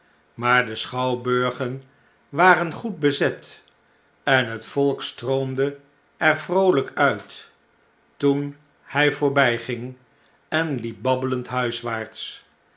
maar de schouwburgen waren goed bezet en het volk stroomde er vrooljjk uit toen hjj voorbn'ging en liep babbelend huiswaarts